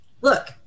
look